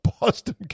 Boston